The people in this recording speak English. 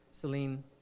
Celine